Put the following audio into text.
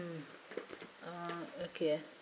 mm ah okay